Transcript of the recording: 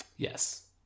Yes